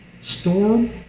Storm